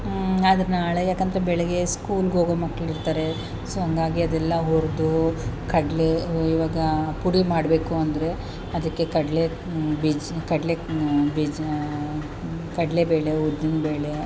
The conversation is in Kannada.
ಅದು ನಾಳೆ ಏಕೆಂದ್ರೆ ಬೆಳಗ್ಗೆ ಸ್ಕೂಲ್ಗೆ ಹೋಗೋ ಮಕ್ಕಳಿರ್ತಾರೆ ಸೊ ಹಂಗಾಗಿ ಅದೆಲ್ಲ ಹುರಿದು ಕಡಲೆ ಇವಾಗ ಪುಡಿ ಮಾಡಬೇಕು ಅಂದರೆ ಅದಕ್ಕೆ ಕಡಲೆ ಬೀಜ ಕಡಲೆ ಬೀಜ ಕಡಲೆಬೇಳೆ ಉದ್ದಿನಬೇಳೆ